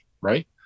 right